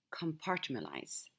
compartmentalize